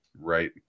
Right